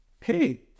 hey